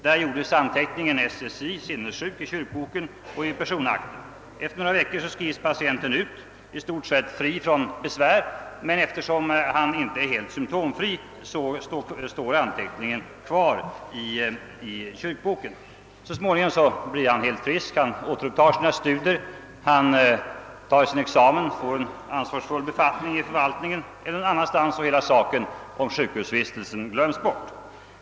Där gjordes anteckningen SSJ — sinnessjuk —- i kyrkoboken och i personakten. Efter några veckor skrivs patienten ut, i stort sett fri från besvär, men eftersom han inte är helt symtomfri står anteckningen kvar i kyrkoboken. Så småningom blir han helt frisk. Han återupptar sina studier, tar sin examen, får en ansvarsfull befattning i förvaltningen eller på annat håll och hela sjukhusvistelsen glöms bort.